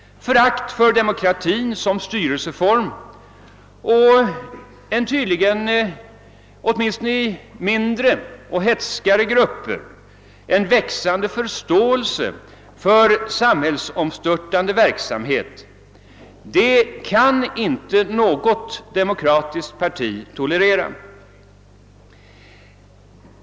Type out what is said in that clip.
Förakt för demokratin som styrelseform och en — åtminstone i mindre och hätskare grupper — tydligen växande förståelse för samhällsomstörtande verksamhet kan inte något demokratiskt parti tolerera.